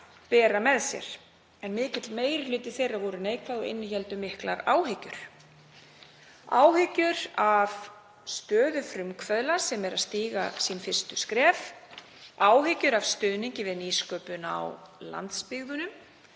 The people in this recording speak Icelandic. bera með sér. Mikill meiri hluti þeirra var neikvæður og innihélt miklar áhyggjur af stöðu frumkvöðla sem eru að stíga sín fyrstu skref, áhyggjur af stuðningi við nýsköpun á landsbyggðinni,